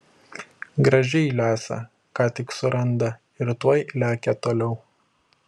gražiai lesa ką tik suranda ir tuoj lekia toliau